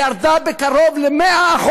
היא ירדה בקרוב ל-100%.